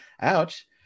Ouch